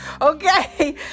Okay